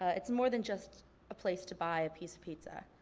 it's more than just a place to buy a piece of pizza.